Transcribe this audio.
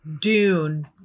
Dune